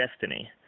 destiny